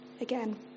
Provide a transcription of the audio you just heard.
again